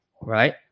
right